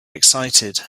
excited